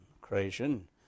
creation